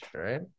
Right